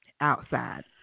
outside